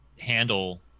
handle